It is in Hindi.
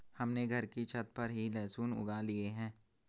हमने घर की छत पर ही लहसुन उगा लिए हैं